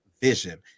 vision